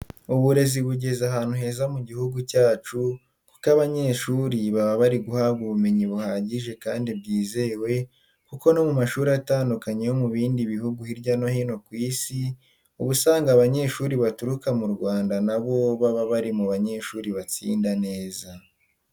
Uburezi bugeze ahantu heza mu gihugu cyacu kuko abanyeshuri baba bari guhabwa ubumenyi buhagije kandi bwizewe kuko no mu mashuri atandukanye yo mu bindi bihugu hirya no hino ku isi, uba usanga abanyeshuri baturuka mu Rwanda nabo baba bari mu banyeshuri batsinda neza.